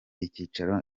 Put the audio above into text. icyicaro